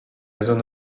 réseaux